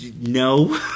No